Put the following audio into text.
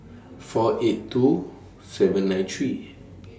four eight two seven nine three